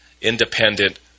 independent